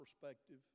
perspective